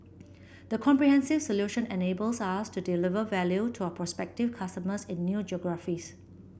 the comprehensive solution enables us to deliver value to our prospective customers in new geographies